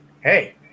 Hey